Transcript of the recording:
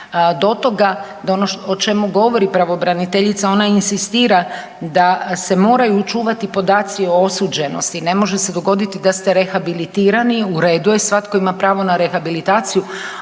da ono o čemu govori pravobraniteljica ona inzistira da se moraju čuvati podaci o osuđenosti. Ne može se dogoditi da ste rehabilitirani, u redu je, svatko ima pravo na rehabilitaciju